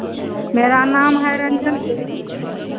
मेरा नाम है रंजन देवी